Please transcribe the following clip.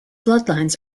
bloodlines